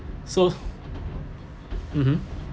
so mmhmm